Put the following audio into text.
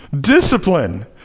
Discipline